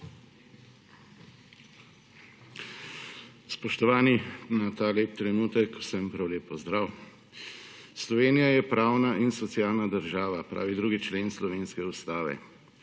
Spoštovani, na ta lep trenutek, vsem prav lep pozdrav. Slovenija je pravna in socialna država, pravi 2. člen slovenske Ustave.